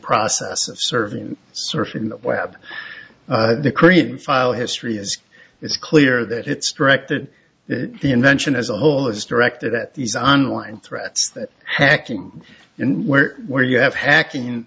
process of serving surfing the web the cream file history as it's clear that it's directed at the invention as a whole is directed at these on line threats that hacking and where where you have hacking and